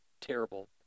terrible